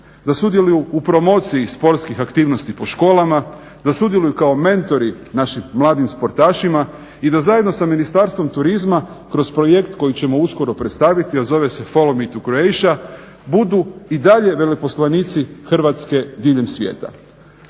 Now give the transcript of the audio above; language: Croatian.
da sudjeluju u promociji sportskih aktivnosti po školama, da sudjeluju kao mentori našim mladim sportašima i da zajedno sa Ministarstvom turizma kroz projekt koji ćemo uskoro predstaviti, a zove se "Follow me to Croatia" budu i dalje veleposlanici Hrvatske diljem svijeta.